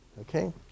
Okay